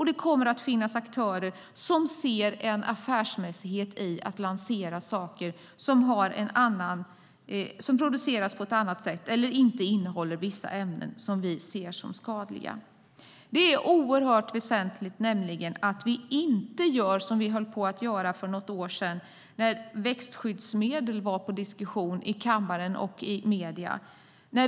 Det kommer då att finnas aktörer som ser en affärsmässighet i att lansera saker som produceras på ett annat sätt eller som inte innehåller ämnen som vi ser som skadliga. Det är oerhört väsentligt att vi inte gör som vi för något år sedan höll på att göra när växtskyddsmedel var uppe till diskussion här i kammaren och i medierna.